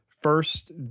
First